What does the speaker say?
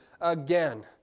again